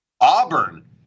Auburn